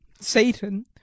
Satan